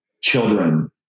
children